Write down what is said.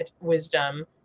wisdom